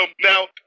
now